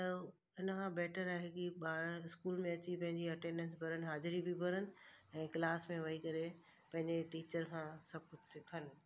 त इन खां बैटर आहे की ॿार स्कूल में अची पंहिंजी अटेंडेंस भरनि हाज़िरी बि भरनि ऐं क्लास में वेही करे पंहिंजे टीचर खां सब कुझु सिखनि